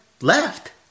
left